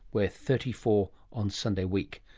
we're thirty four on sunday week.